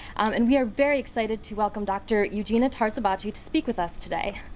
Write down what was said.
and we're very excited to welcome dr. eugenia tarzibachi to speak with us today.